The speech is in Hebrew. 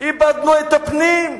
איבדנו את הפנים,